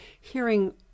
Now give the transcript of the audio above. hearing